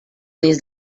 des